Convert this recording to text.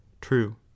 true